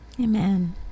Amen